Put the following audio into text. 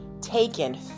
taken